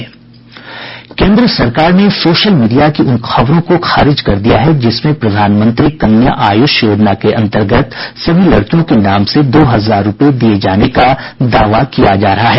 केन्द्र सरकार ने सोशल मीडिया की उन खबरों को खारिज किया है जिसमें प्रधानमंत्री कन्या आयुष योजना के अंतर्गत सभी लड़कियों के नाम से दो हजार रुपये दिये जाने का दावा किया जा रहा है